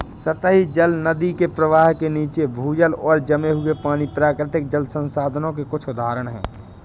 सतही जल, नदी के प्रवाह के नीचे, भूजल और जमे हुए पानी, प्राकृतिक जल संसाधनों के कुछ उदाहरण हैं